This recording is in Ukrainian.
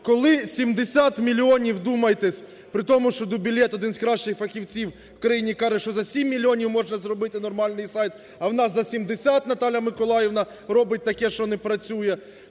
коли 70 мільйонів, вдумайтесь, при тому, що Дубілет, один з кращих фахівців в країні, каже, що за 7 мільйонів можна зробити нормальний сайт, а у нас за 70, Наталя Миколаївна робить таке, що не працює.